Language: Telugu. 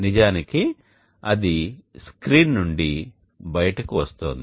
నిజానికి అది స్క్రీన్ నుండి బయటకు వస్తోంది